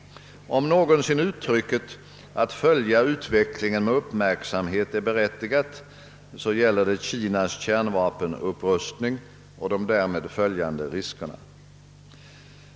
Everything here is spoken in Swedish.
Om någonsin uttrycket att »följa utvecklingen med uppmärksamhet» är berättigat så gäller det Kinas kärnvapenupprustning och de därmed följande riskerna.